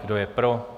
Kdo je pro?